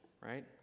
right